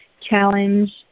challenge